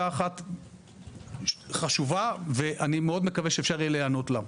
אחת חשובה ואני מאוד מקווה שאפשר יהיה להיענות לה.